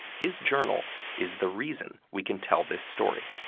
his journal is the reason we can tell this story.